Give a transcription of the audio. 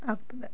ಆಗುತ್ತದೆ